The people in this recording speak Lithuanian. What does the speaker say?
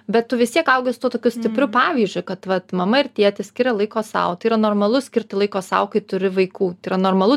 bet tu vis tiek augi su tuo tokiu stipriu pavyzdžiu kad vat mama ir tėtis skiria laiko sau tai yra normalu skirti laiko sau kai turi vaikų tai yra normalu